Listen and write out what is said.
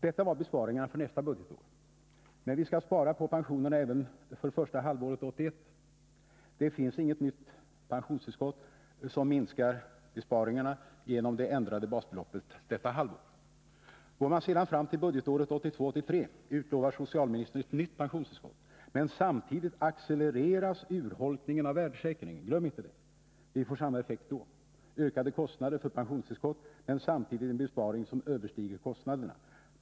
Detta var besparingarna för nästa budgetår. Men vi skall spara på pensionerna även för första halvåret 1981. Det finns inget nytt pensionstillskott som minskar besparingarna genom det ändrade basbeloppet detta halvår. Går man sedan fram till budgetåret 1982/83 finner man att socialministern utlovar ett nytt pensionstillskott, men samtidigt accelereras urholkningen av värdesäkringen. Glöm inte det! Vi får samma effekt då: ökade kostnader för pensionstillskott men samtidigt en besparing som överstiger kostnaderna.